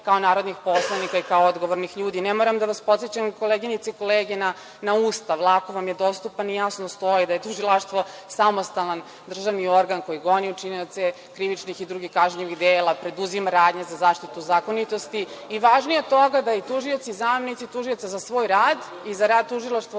kao narodnih poslanika i kao odgovornih ljudi. Ne moram da vas podsećam koleginice i kolege na Ustav, lako vam je dostupno i jasno stoji da je tužilaštvo samostalan državni organ koji goni učinioce krivičnih i drugih kažnjenih dela, preduzima radnje za zaštitu zakonitosti i važnije od toga, da i tužioci i zamenici tužioca za svoj rad i za rad tužilaštvo